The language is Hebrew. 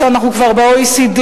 כשאנחנו כבר ב-OECD,